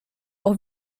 auch